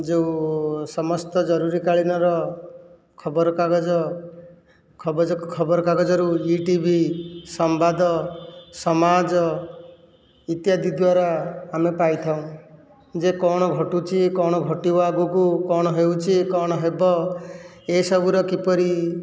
ଯେଉଁ ସମସ୍ତ ଜରୁରୀକାଳୀନର ଖବରକାଗଜ ଖବଜ ଖବରକାଗଜରୁ ଇଟିଭି ସମ୍ବାଦ ସମାଜ ଇତ୍ୟାଦି ଦ୍ୱାରା ଆମେ ପାଇଥାଉଁ ଯେ କଣ ଘଟୁଛି କଣ ଘଟିବ ଆଗକୁ କଣ ହେଉଛି କଣ ହେବ ଏ ସବୁର କିପରି